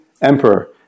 emperor